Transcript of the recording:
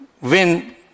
win